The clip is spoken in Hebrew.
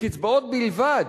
מקצבאות בלבד.